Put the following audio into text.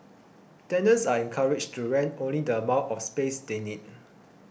tenants are encouraged to rent only the amount of space they need